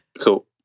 Cool